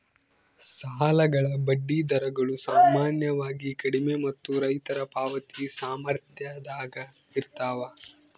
ಸಾಲಗಳ ಬಡ್ಡಿ ದರಗಳು ಸಾಮಾನ್ಯವಾಗಿ ಕಡಿಮೆ ಮತ್ತು ರೈತರ ಪಾವತಿ ಸಾಮರ್ಥ್ಯದಾಗ ಇರ್ತವ